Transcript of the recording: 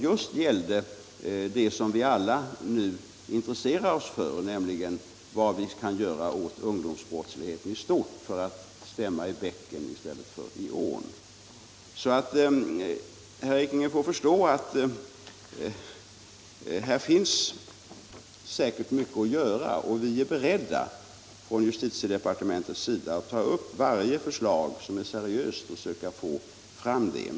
Det gällde just det vi nu alla intresserar oss för, nämligen vad vi kan göra åt ungdomsbrottsligheten i stort för att stämma i bäcken i stället för i ån. Herr Ekinge får alltså förstå att här finns säkerligen mycket att göra och att vi i justitiedepartementet är beredda att ta upp varje förslag som är seriöst och söka genomföra det.